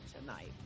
tonight